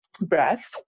breath